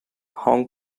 hong